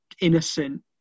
innocent